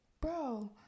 bro